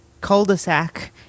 cul-de-sac